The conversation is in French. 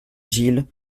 gille